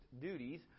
duties